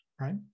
right